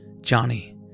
Johnny